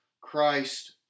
Christ